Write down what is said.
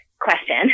question